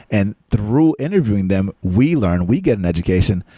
and through interviewing them, we learn, we get an education,